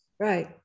Right